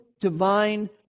divine